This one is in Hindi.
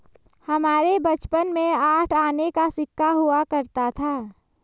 हमारे बचपन में आठ आने का सिक्का हुआ करता था